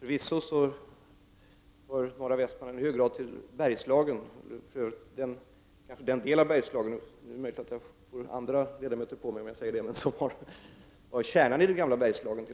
Herr talman! Norra Västmanland hör förvisso till Bergslagen. Det är möjligt att jag får andra ledamöter på mig när jag nu säger att det är den delen som t.o.m. var kärnan i det gamla Bergslagen